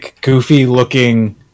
goofy-looking